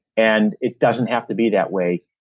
and it doesn't have to be that way,